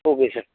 okay sir